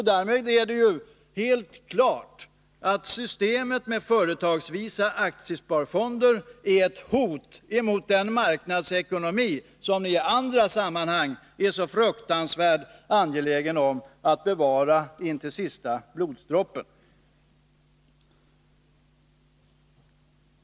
Därmed är det helt klart att systemet med företagsvisa aktiesparfonder är ett hot mot den marknadsekonomi som ni i andra sammanhang är så fruktansvärt angelägna om att bevara intill sista blodsdroppen.